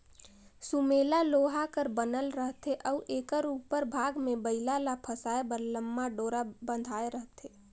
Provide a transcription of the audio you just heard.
सुमेला लोहा कर बनल रहथे अउ एकर उपर भाग मे बइला ल फसाए बर लम्मा डोरा बंधाए रहथे